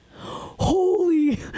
Holy